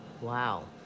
Wow